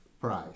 price